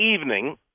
evening